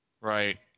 Right